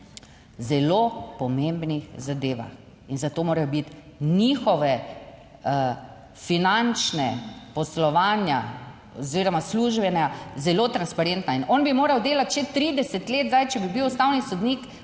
zelo pomembnih zadevah in zato morajo biti njihove finančne poslovanja oziroma službe zelo transparentna. In on bi moral delati še 30 let, zdaj, če bi bil ustavni sodnik,